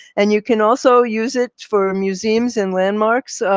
and you can also use it for museums and landmarks.